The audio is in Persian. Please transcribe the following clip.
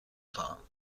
خواهم